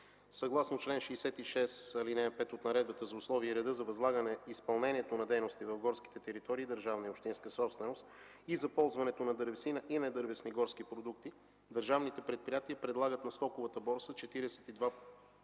Съгласно чл. 66, ал. 5 от Наредбата за условията и реда за възлагане изпълнението на дейности в горските територии – държавна и общинска собственост, и за ползването на дървесина и на дървесни горски продукти, държавните предприятия предлагат на стоковата борса 42